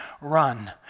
Run